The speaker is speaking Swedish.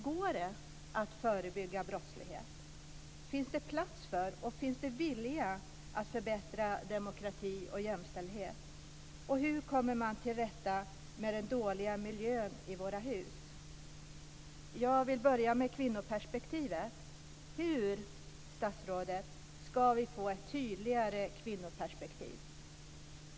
Går det att förebygga brottslighet? Finns det plats för och finns det vilja att förbättra demokrati och jämställdhet? Och hur kommer man till rätta med den dåliga miljön i våra hus? Jag vill börja med kvinnoperspektivet. Hur, statsrådet, ska vi få ett tydligare kvinnoperspektiv?